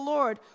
Lord